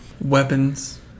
Weapons